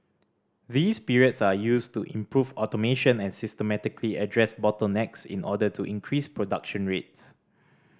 these periods are used to improve automation and systematically address bottlenecks in order to increase production rates